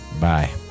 Bye